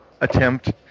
attempt